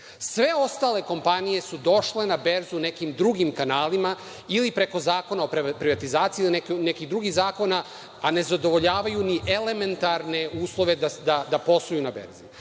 ostale kompanije su došle na berzu nekim drugim kanalima ili preko Zakona o privatizaciji ili preko nekih drugih zakona, a ne zadovoljavaju ni elementarne uslove da posluju na berzi.